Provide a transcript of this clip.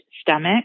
stomach